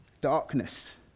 darkness